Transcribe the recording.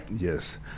Yes